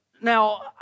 Now